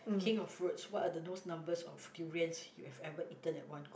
king of fruits what are the most numbers of durians you have ever eaten at one go